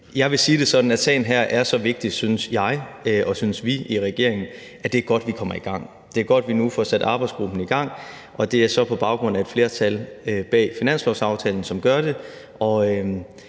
Jeg vil sige det sådan, at sagen her er så vigtig – synes jeg og synes vi i regeringen – at det er godt, at vi kommer i gang. Det er godt, at vi nu får sat arbejdsgruppen i gang, og det er så et flertal bag finanslovsaftalen, som gør det.